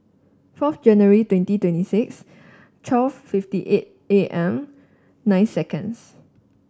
four January twenty twenty six twelve fifty eight A M nine seconds